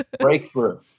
breakthrough